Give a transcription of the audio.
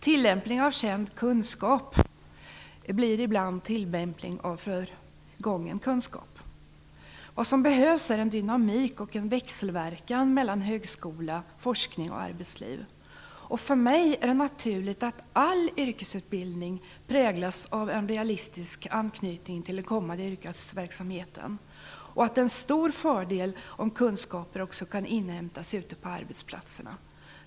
Tillämpning av känd kunskap blir ibland tillämpning av förgången kunskap. Vad som behövs är en dynamik och en växelverkan mellan högskola, forskning och arbetsliv. För mig är det naturligt att all yrkesutbildning präglas av en realistisk anknytning till den kommande yrkesverksamheten. Det är en stor fördel om kunskaper också kan inhämtas ute på arbetsplatserna.